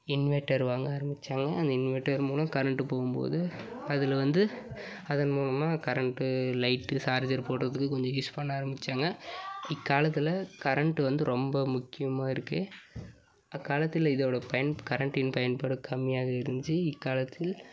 inverter வாங்க ஆரம்பித்தாங்க அந்த இன்வெர்ட்டர் மூலம் கரண்ட் போகும்போது அதில் வந்து அதன் மூலமாக கரண்ட்டு லைட்டு சார்ஜர் போடறதுக்கு கொஞ்சம் யூஸ் பண்ண ஆரம்பிச்சாங்க இக்காலத்தில் கரண்ட்டு வந்து ரொம்ப முக்கியமாக இருக்குது அக்காலத்தில் இதோட கரண்ட்டின் பயன்பாடு கம்மியாக இருந்துச்சு இக்காலத்தில்